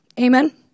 Amen